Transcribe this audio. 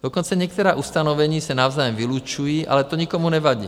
Dokonce některá ustanovení se navzájem vylučují, ale to nikomu nevadí.